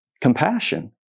Compassion